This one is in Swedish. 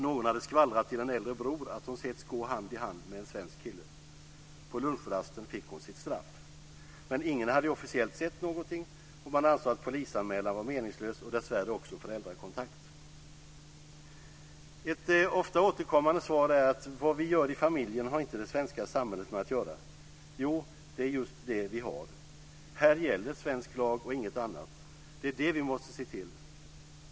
Någon hade skvallrat till en äldre bror att hon hade setts gå hand i hand med en svensk kille. På lunchrasten fick hon sitt straff. Men ingen hade ju officiellt sett någonting, och man ansåg att polisanmälan var meningslös - och dessvärre också föräldrakontakt. Ett ofta återkommande svar är: Vad vi gör i familjen har inte det svenska samhället med att göra. Jo, det är just det vi har! Här gäller svensk lag och inget annat. Det är det vi måste se till.